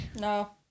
No